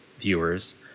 viewers